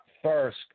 First